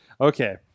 okay